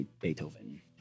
Beethoven